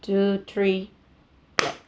two three